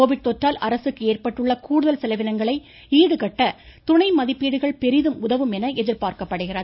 Covid தொற்றால் அரசுக்கு ஏற்பட்டுள்ள கூடுதல் செலவினங்களை ஈடுகட்ட துணைமதிப்பீடுகள் பெரிதும் உதவும் என எதிர்பார்க்கப்படுகிறது